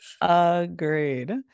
Agreed